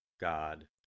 God